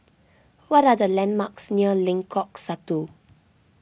what are the landmarks near Lengkong Satu